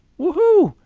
woohoo,